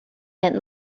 and